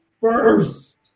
first